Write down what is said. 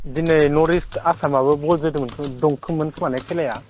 दिनै नर्थइस्ट आसामाबो बल जोदोंमोन दंमोन खोमाना खेलाया